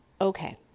okay